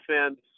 offense